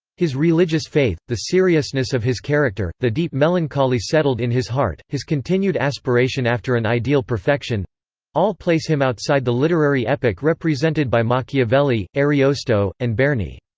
his religious faith, the seriousness of his character, the deep melancholy settled in his heart, his continued aspiration after an ideal perfection all place him outside the literary epoch represented represented by machiavelli, ariosto, and berni.